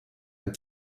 ein